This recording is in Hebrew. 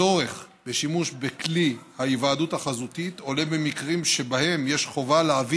הצורך בשימוש בכלי ההיוועדות החזותית עולה במקרים שבהם יש חובה להביא